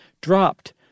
dropped